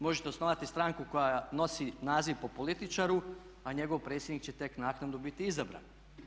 Možete osnovati stranku koja nosi naziv po političaru a njegov predsjednik će tek naknadno biti izabran.